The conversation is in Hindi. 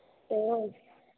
तो